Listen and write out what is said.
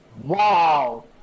Wow